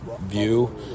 view